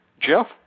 Jeff